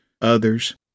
others